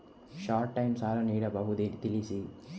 Short time ಸಾಲ ನೀಡಬಹುದೇ ತಿಳಿಸಿ?